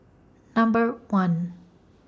Number one